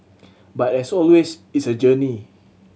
but as always it's a journey